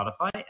Spotify